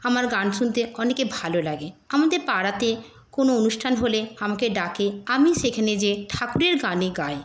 আমার গান শুনতে অনেকে ভালো লাগে আমাদের পাড়াতে কোনো অনুষ্ঠান হলে আমাকে ডাকে আমি সেখানে যেয়ে ঠাকুরের গানই গাই